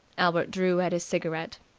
albert drew at his cigarette.